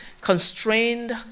constrained